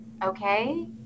Okay